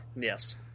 Yes